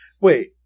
Wait